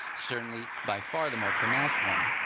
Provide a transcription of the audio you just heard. certainly, by far, the more pronounced one.